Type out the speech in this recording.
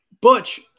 Butch